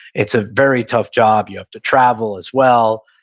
it's a very tough job. you have to travel as well.